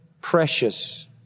precious